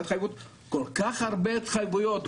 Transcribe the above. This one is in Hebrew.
כל כך הרבה התחייבויות,